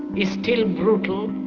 is still brutal,